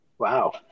Wow